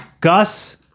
Gus